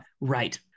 Right